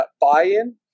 buy-in